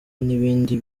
n’ibindi